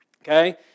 Okay